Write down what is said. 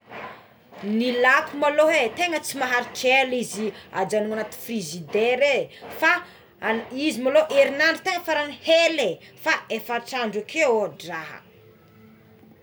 Ny lako maloha é tegna tsy maharitra ela izy, ajanona anaty frizidera é fa izy maloha erinandro faragny hely fa efatra andro akeo ôhatra ampy.